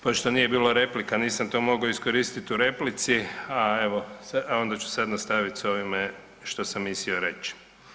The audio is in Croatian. Pošto nije bilo replika nisam to mogao iskoristiti u replici, a evo onda ću sad nastaviti s ovime što sam mislio reći.